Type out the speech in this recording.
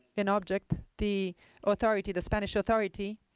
an object the authority, the spanish authority